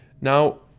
Now